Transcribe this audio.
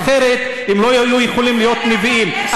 אחרת הם לא היו יכולים להיות נביאים.